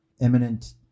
imminent